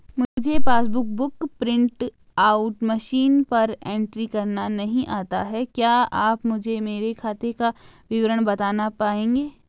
मुझे passbook book print out machine पर entry करना नहीं आता है क्या आप मुझे मेरे खाते का विवरण बताना पाएंगे?